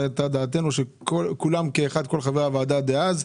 זאת הייתה הדעה של כל חברי הוועדה דאז.